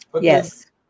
Yes